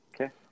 Okay